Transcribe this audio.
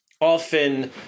often